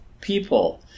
people